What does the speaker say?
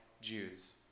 Jews